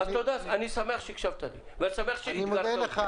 אני שמח שהקשבת לי ואני שמח שאתגרת אותי.